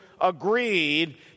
agreed